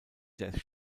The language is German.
der